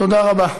תודה רבה.